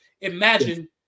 Imagine